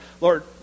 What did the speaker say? Lord